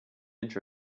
inch